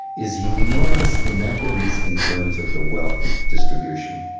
is enormous inequities in terms of the wealth distribution.